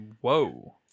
Whoa